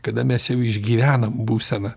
kada mes jau išgyvenam būseną